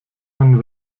man